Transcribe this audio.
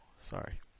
sorry